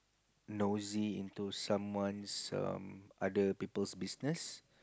nosy into someone's um other people's business